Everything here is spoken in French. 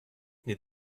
n’est